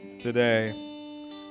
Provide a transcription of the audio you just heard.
today